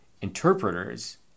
interpreters